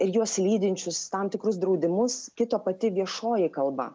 ir juos lydinčius tam tikrus draudimus kito pati viešoji kalba